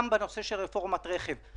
גם בנושא של רפורמת רכב,